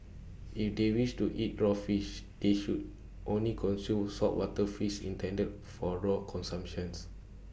if they wish to eat raw fish they should only consume saltwater fish intended for raw consumptions